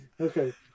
Okay